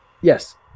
Yes